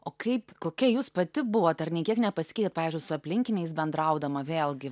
o kaip kokia jūs pati buvot ar nė kiek nepasikeitėt pavyzdžiui su aplinkiniais bendraudama vėlgi